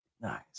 Nice